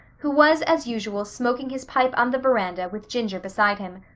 who was as usual smoking his pipe on the veranda with ginger beside him.